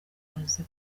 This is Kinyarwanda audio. bimaze